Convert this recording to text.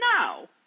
no